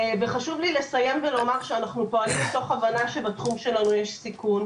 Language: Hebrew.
חשוב לי לסיים ולומר שאנחנו פועלים מתוך הבנה שבתחום שלנו יש סיכון,